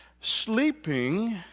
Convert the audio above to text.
sleeping